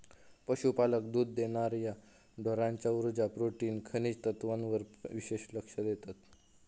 पशुपालक दुध देणार्या ढोरांच्या उर्जा, प्रोटीन, खनिज तत्त्वांवर विशेष लक्ष देतत